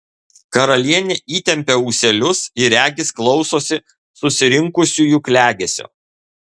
karalienė įtempia ūselius ir regis klausosi susirinkusiųjų klegesio